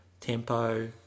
tempo